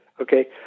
okay